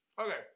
Okay